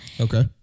Okay